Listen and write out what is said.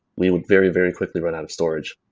we would very very quickly run out of storage.